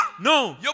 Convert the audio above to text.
no